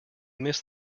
miss